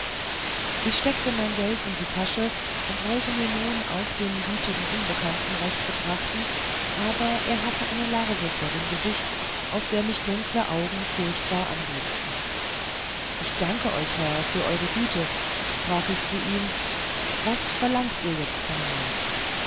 ich steckte mein geld in die tasche und wollte mir nun auch den gütigen unbekannten recht betrachten aber er hatte eine larve vor dem gesicht aus der mich dunkle augen furchtbar anblitzten ich danke euch herr für eure güte sprach ich zu ihm was verlangt ihr jetzt von mir